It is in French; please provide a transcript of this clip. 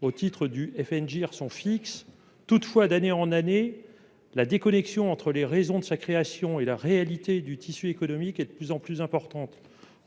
au titre du FNGIR sont fixes. Toutefois, d'année en année, la déconnexion entre les raisons de sa création et la réalité du tissu économique est de plus en plus importante.